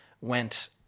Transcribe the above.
went